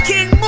King